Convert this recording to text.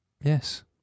yes